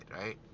right